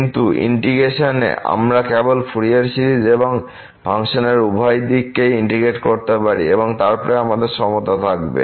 কিন্তু ইন্টিগ্রেশনে আমরা কেবল ফুরিয়ার সিরিজ এবং ফাংশনের উভয় দিককেই ইন্টিগ্রেট করতে পারি এবং তারপর আমাদের সমতা থাকবে